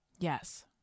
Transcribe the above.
Yes